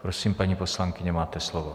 Prosím, paní poslankyně, máte slovo.